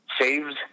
saved